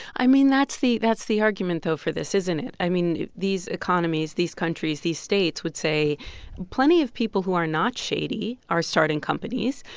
i mean, that's the that's the argument, though, for this, isn't it? i mean, these economies, these countries, these states would say plenty of people who are not shady are starting companies.